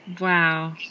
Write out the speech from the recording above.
Wow